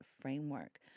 framework